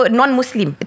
non-Muslim